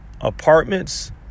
apartments